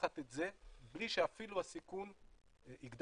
לקחת את זה בלי שאפילו הסיכון יגדל.